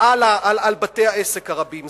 על בתי-העסק הרבים.